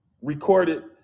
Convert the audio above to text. recorded